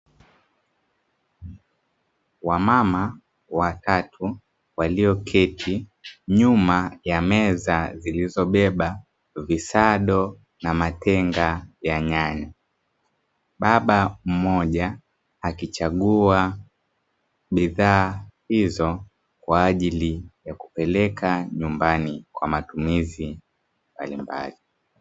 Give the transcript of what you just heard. Wamama watatu walioketi nyuma ya meza zilizobeba visado na matenga ya nyanya, baba mmoja akichagua bidhaa hizo kwa ajili ya kupeleka nyumbani kwa matumizi mbalimbali.